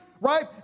right